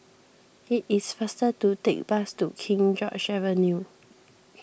it is faster to take bus to King George's Avenue